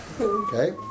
Okay